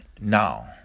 Now